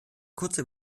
kurzer